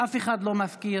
אף אחד לא מפקיר.